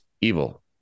evil